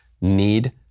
need